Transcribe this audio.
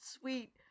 sweet